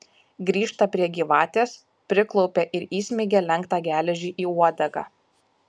grįžta prie gyvatės priklaupia ir įsmeigia lenktą geležį į uodegą